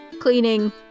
cleaning